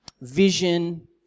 vision